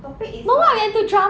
topic is what ah